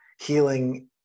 healing